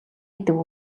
гэдэг